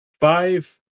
five